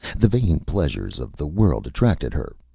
the vain pleasures of the world attracted her.